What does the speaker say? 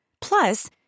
Plus